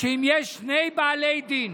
אם יש שני בעלי דין